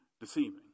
deceiving